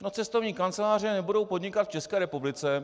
No cestovní kanceláře nebudou podnikat v České republice.